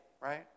Right